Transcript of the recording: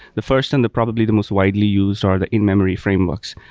the first and probably the most widely used are the in-memory frameworks.